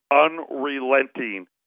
unrelenting